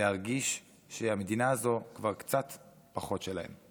להרגיש שהמדינה הזו כבר קצת פחות שלהם.